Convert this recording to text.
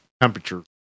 temperature